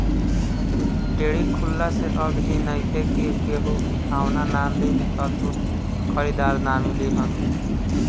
dairy खुलला से अब इ नइखे कि केहू उठवाना ना लि त दूध के खरीदार ना मिली हन